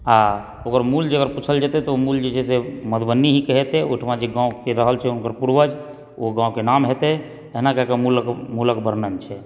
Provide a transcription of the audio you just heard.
आ ओकर मूल जे अगर पूछल जेतए तऽ ओ मूल जे छै से मधुबनी ही कहेतए ओहिठमा जे गाँवके जे रहल छै हुनकर पूर्वज ओ गाँवके नाम हेतए अहिना कए कऽ मूल कऽ मूल कऽ वर्णन छै